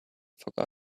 forgotten